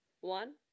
one